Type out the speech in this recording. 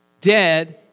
Dead